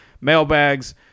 Mailbags